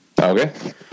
Okay